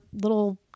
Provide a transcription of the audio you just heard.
little